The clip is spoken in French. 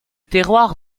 terroir